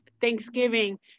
Thanksgiving